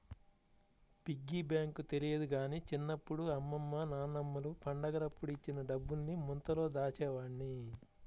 piggy bank తెలియదు గానీ చిన్నప్పుడు అమ్మమ్మ నాన్నమ్మలు పండగలప్పుడు ఇచ్చిన డబ్బుల్ని ముంతలో దాచేవాడ్ని